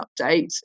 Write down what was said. update